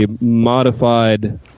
modified